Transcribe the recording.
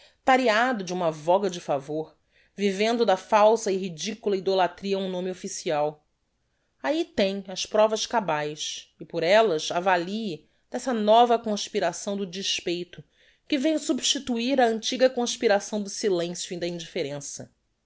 tareado de uma voga de favor vivendo da falsa e ridicula idolatria á um nome official ahi tem as provas cabaes e por ellas avalie dessa nova conspiração do despeito que veiu substituir a antiga conspiração do silencio e da indifferença